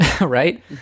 Right